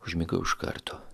užmigau iš karto